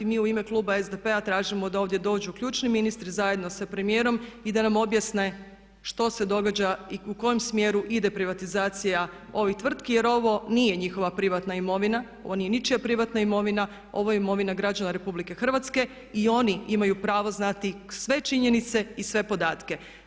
Mi u ime kluba SDP-a tražimo da ovdje dođu ključni ministri zajedno sa premijerom i da nam objasne što se događa i u kojem smjeru ide privatizacija ovih tvrtki jer ovo nije njihova privatna imovina, ovo nije ničija privatna imovina, ovo je imovina građana Republike Hrvatske i oni imaju pravo znati sve činjenice i sve podatke.